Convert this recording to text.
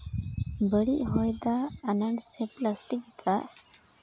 ᱵᱟᱹᱲᱤᱡ ᱦᱚᱭ ᱫᱟᱜ ᱟᱱᱟᱴ ᱥᱮ ᱯᱞᱟᱥᱴᱤᱠ